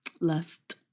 lust